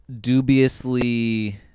dubiously